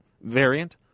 variant